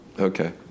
okay